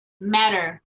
matter